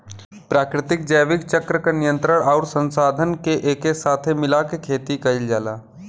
प्राकृतिक जैविक चक्र क नियंत्रण आउर संसाधन के एके साथे मिला के खेती कईल जाला